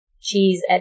Cheese